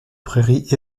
prairies